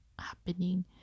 happening